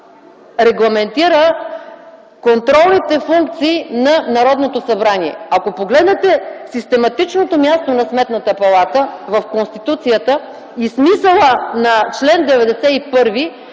регламентира контролните функции на Народното събрание. Ако погледнете систематичното място на Сметната палата в Конституцията и смисъла на чл. 91,